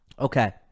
Okay